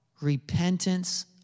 Repentance